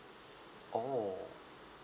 oh